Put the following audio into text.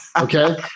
Okay